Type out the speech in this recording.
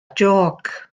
jôc